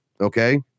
Okay